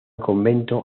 convento